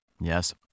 Yes